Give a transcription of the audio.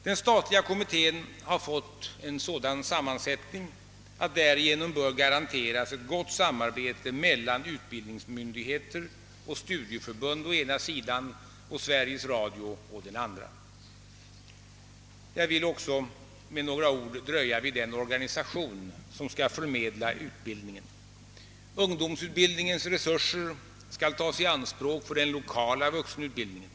Den statliga kommittén har fått en sådan sammansättning att därigenom bör garanteras ett gott samarbete mellan utbildningsmyndigheter och studieförbund å ena sidan och Sveriges Radio å den andra. Jag vill också med några ord dröja vid den organisation som skall förmedla utbildningen. Ungdomsutbildningens resurser skall tas i anspråk för den l1okala vuxenutbildningen.